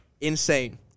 Insane